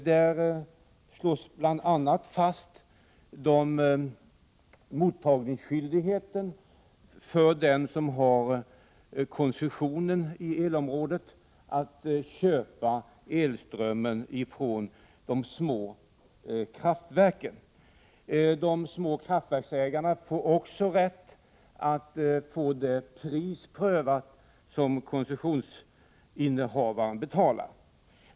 Där slås bl.a. fast rätten för de små elproducenterna att sälja elström till den som innehar områdeskoncession enligt ellagen. De små kraftverksägarna får också rätt att få det pris prövat som koncessionsinnehavaren skall betala.